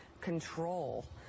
control